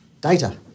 data